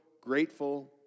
grateful